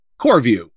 CoreView